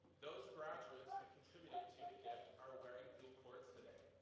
those graduates who contributed to the gift are wearing blue cords today.